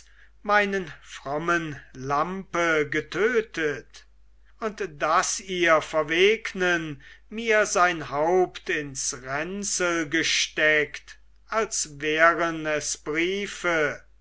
meinen frommen lampe getötet und daß ihr verwegnen mir sein haupt ins ränzel gesteckt als wären es briefe